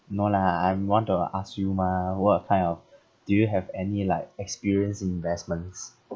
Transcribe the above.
no lah I'm want to ask you mah what kind of do you have any like experience in investments